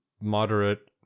moderate